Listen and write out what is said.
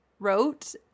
Wrote